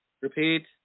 Repeat